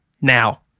now